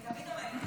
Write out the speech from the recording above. אני תמיד עומדת